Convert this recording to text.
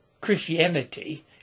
Christianity